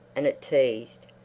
and it teased,